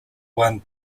one